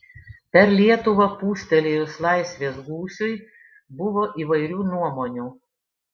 per lietuvą pūstelėjus laisvės gūsiui buvo įvairių nuomonių